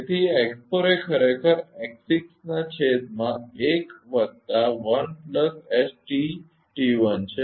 તેથી x4 એ ખરેખર x6 ના છેદમાં1 વત્તા sTt1 છે